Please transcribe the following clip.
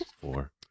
Four